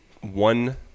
one